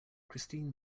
christine